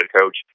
coach